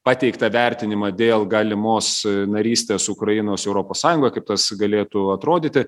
pateiktą vertinimą dėl galimos narystės ukrainos europos sąjungoje kaip tas galėtų atrodyti